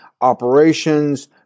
operations